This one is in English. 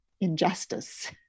injustice